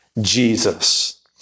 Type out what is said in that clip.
Jesus